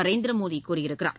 நரேந்திர மோடி கூறியிருக்கிறார்